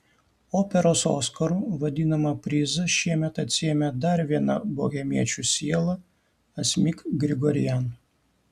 operos oskaru vadinamą prizą šiemet atsiėmė dar viena bohemiečių siela asmik grigorian